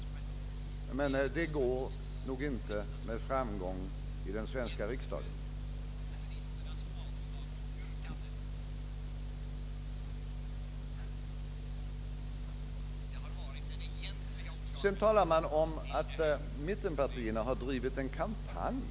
Men det går nog inte att göra med framgång i den svenska riksdagen. Sedan talas det om att mittenpartierna drivit en kampanj.